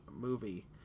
movie